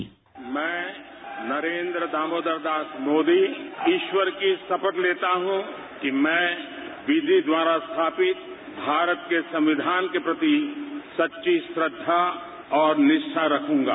bite प्रधानमंत्री मैं नरेन्द्र दामोदार दास मोदी ईश्वर की शपथ लेता हूं कि मैं विक्षि द्वारा स्थापित भारत के संविधान के प्रति सच्ची श्रद्वा और निष्ठा रखूंगा